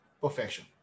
perfection